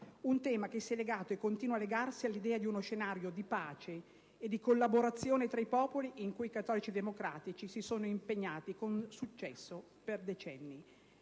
Un tema che si è legato e continua a legarsi all'idea di uno scenario di pace e di collaborazione tra i popoli, in cui i cattolici democratici si sono impegnati con successo per decenni.